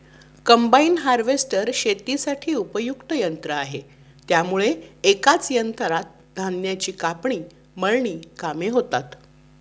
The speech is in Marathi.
कम्बाईन हार्वेस्टर शेतीसाठी उपयुक्त यंत्र आहे त्यामुळे एकाच यंत्रात धान्याची कापणी, मळणी कामे होतात